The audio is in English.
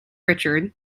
richard